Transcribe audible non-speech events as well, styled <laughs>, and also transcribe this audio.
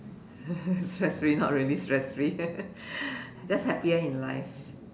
<laughs> stress free not really stress free <laughs> just happier in life